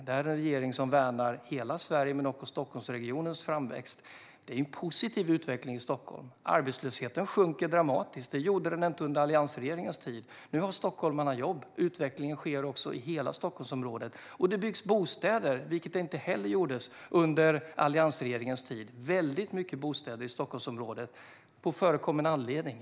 Detta är en regering som värnar hela Sverige, vilket inkluderar Stockholmsregionens framväxt. Utvecklingen i Stockholm är positiv. Arbetslösheten sjunker dramatiskt - det gjorde den inte under alliansregeringens tid. Nu har stockholmarna jobb. Utvecklingen sker dessutom i hela Stockholmsområdet. Det byggs bostäder, vilket inte heller gjordes under alliansregeringens tid. Det byggs väldigt många bostäder i Stockholmsområdet, på förekommen anledning.